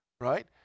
right